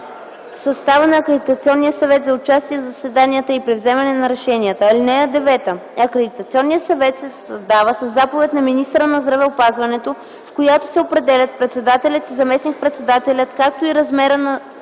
състава на Акредитационния съвет за участие в заседанията и при вземане на решения. (9) Акредитационният съвет се създава със заповед на министъра на здравеопазването, в която се определят председателят и заместник-председателят, както и размерът на